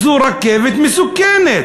זו רכבת מסוכנת.